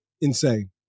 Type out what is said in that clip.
Insane